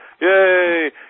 Yay